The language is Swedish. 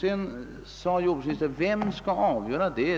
Sedan frågade jordbruksministern: Vem skall avgöra det?